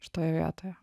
šitoj vietoj